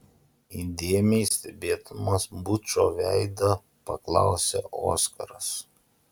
įdėmiai stebėdamas bučo veidą paklausė oskaras